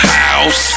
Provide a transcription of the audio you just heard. house